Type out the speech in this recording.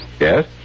Yes